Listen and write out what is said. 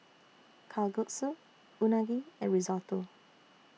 Kalguksu Unagi and Risotto